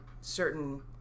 certain